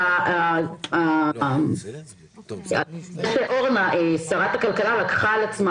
הנושא --- אורנה שרת הכלכלה לקחה על עצמה,